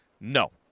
No